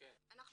אנחנו